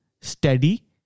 steady